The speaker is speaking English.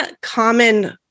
common